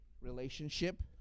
relationship